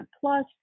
plus